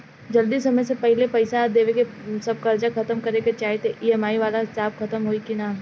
जदी समय से पहिले पईसा देके सब कर्जा खतम करे के चाही त ई.एम.आई वाला हिसाब खतम होइकी ना?